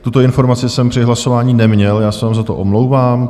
Tuto informaci jsem při hlasování neměl, já se za to omlouvám.